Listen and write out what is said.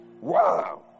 Wow